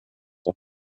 noch